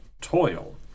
toil